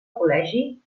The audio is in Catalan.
col·legi